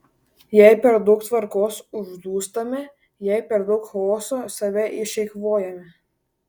jei per daug tvarkos uždūstame jei per daug chaoso save išeikvojame